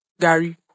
Gary